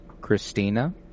christina